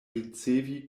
ricevi